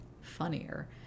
funnier